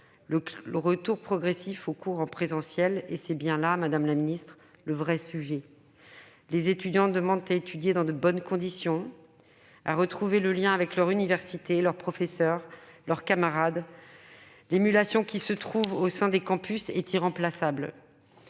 le retour progressif aux cours en présentiel, puisque c'est bien le véritable sujet, madame la ministre. Les étudiants demandent à étudier dans de bonnes conditions, à retrouver le lien avec leur université, leurs professeurs, leurs camarades. L'émulation qui se rencontre au sein des campus est irremplaçable.